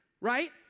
right